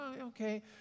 Okay